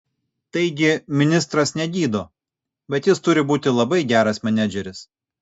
taigi ministras negydo bet jis turi būti labai geras menedžeris